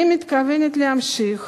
אני מתכוונת להמשיך